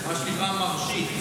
מה שנקרא מרשי.